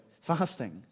fasting